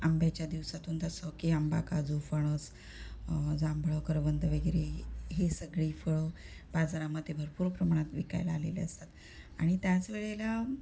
आंब्याच्या दिवसातून तसं की आंबा काजू फणस जांभळं करवंद वगैरे हे सगळी फळं बाजारामध्ये भरपूर प्रमाणात विकायला आलेले असतात आणि त्याच वेळेला